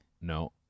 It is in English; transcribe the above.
No